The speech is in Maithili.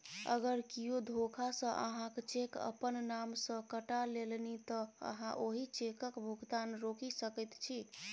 अगर कियो धोखासँ अहाँक चेक अपन नाम सँ कटा लेलनि तँ अहाँ ओहि चेकक भुगतान रोकि सकैत छी